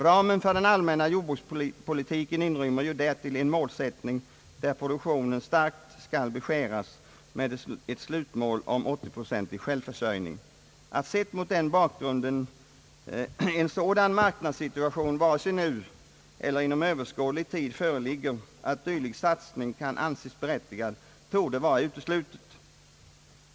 Ramen för den allmänna jordbrukspolitiken inrymmer ju därtill en målsättning där produktionen starkt skall beskäras, med ett slutmål om 80 procentig självförsörjning. Att sett mot den bakgrunden en sådan marknadssituation — vare sig nu eller inom överskådlig tid — föreligger att dylik satsning kan anses berättigad torde vara uteslutet.